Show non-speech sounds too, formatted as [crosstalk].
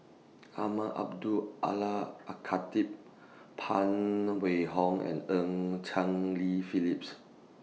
Umar [unintelligible] Allah A Khatib Phan Wait Hong and EU Cheng Li Phillips